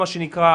מה שנקרא,